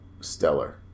stellar